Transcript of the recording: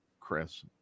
Chris